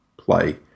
play